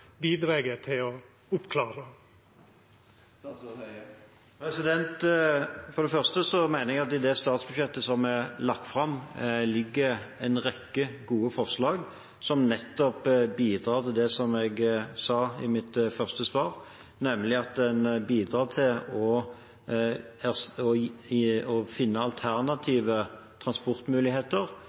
til å oppklara. For det første mener jeg at det i det statsbudsjettet som er lagt fram, ligger en rekke gode forslag som nettopp bidrar til det jeg sa i mitt første svar, nemlig